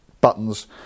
buttons